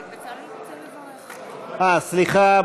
סליחה.